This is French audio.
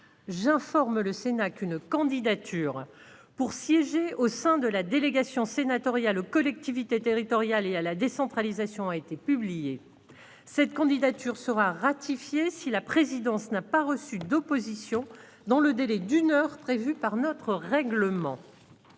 J'informe le Sénat qu'une candidature pour siéger au sein de la délégation sénatoriale aux collectivités territoriales et à la décentralisation a été publiée. Cette candidature sera ratifiée si la présidence n'a pas reçu d'opposition dans le délai d'une heure prévu par notre règlement.